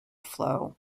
flow